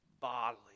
bodily